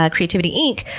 ah creativity, inc,